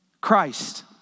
Christ